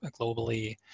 globally